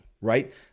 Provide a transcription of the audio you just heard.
right